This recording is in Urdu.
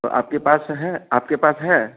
تو آپ کے پاس ہیں آپ کے پاس ہے